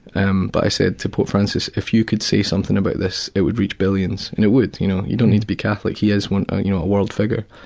and i said to pope francis. if you could say something about this, it would reach billions. and it would, you know you don't need to be catholic. he is a ah you know world figure.